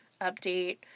update